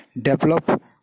develop